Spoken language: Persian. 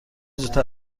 زودتر